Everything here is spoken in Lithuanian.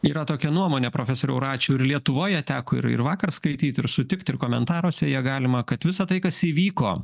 yra tokia nuomonė profesoriau račiau ir lietuvoj ją teko ir vakar skaityt ir sutikt ir komentaruose ją galima kad visa tai kas įvyko